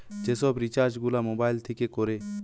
যে সব রিচার্জ গুলা মোবাইল থিকে কোরে